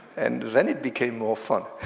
and then it became more fun.